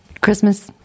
Christmas